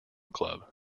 club